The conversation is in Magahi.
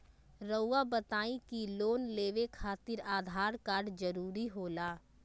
रौआ बताई की लोन लेवे खातिर आधार कार्ड जरूरी होला?